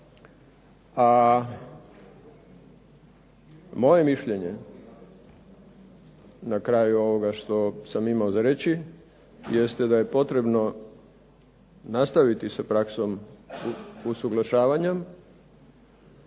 A moje mišljenje na kraju ovoga što sam imao za reći jeste da je potrebno nastaviti s praksom usuglašavanja